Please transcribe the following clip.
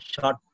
short